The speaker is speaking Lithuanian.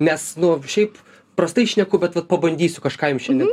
nes nu šiaip prastai šneku bet vat pabandysiu kažką jum šiandien